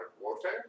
warfare